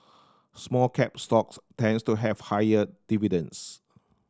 small cap stocks tends to have higher dividends